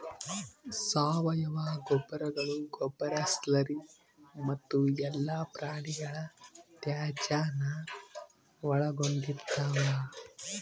ಸಾವಯವ ಗೊಬ್ಬರಗಳು ಗೊಬ್ಬರ ಸ್ಲರಿ ಮತ್ತು ಎಲ್ಲಾ ಪ್ರಾಣಿಗಳ ತ್ಯಾಜ್ಯಾನ ಒಳಗೊಂಡಿರ್ತವ